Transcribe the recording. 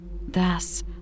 Thus